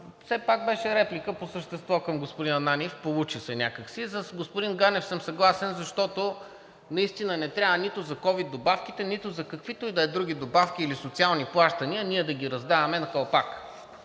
Все пак беше реплика по същество към господин Ананиев. Получи се някак си. С господин Ганев съм съгласен, защото наистина не трябва нито за ковид добавките, нито за каквито и да е други добавки или социални плащания ние да ги раздаваме на калпак.